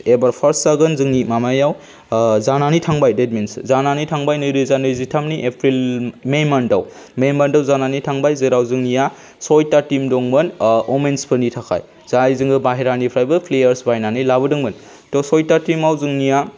एबार फार्स्ट जागोन जोंनि माबायाव जानानै थांबाय डेट मिन्स जानानै थांबाय नैरोजा नैजिथामनि एप्रिल मे मान्थआव मे मान्थआव जानानै थांबाय जेराव जोंनिया सयता टीम दंमोन व'मेन्सफोरनि थाखाय जाय जोङो बाहेरानिफ्रायबो प्लेयार्स बायनानै लाबोदोंमोन त' सयता टीमाव जोंनिया